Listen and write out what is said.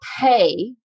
pay